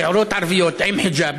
צעירות ערביות עם חיג'אב,